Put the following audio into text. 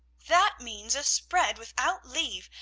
that means a spread without leave,